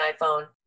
iPhone